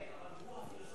המתרגם, אבל הוא הפילוסוף